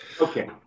Okay